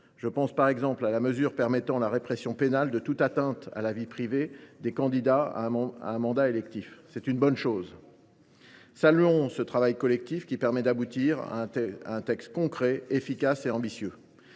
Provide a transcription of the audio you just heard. Je pense, par exemple, à la mesure permettant la répression pénale de toute atteinte à la vie privée des candidats à un mandat électif. Il s’agit d’une bonne disposition. Saluons ce travail collectif, qui permet d’aboutir à un texte concret, efficace et ambitieux.